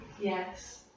Yes